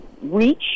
reach